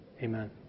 Amen